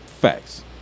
Facts